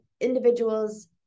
individuals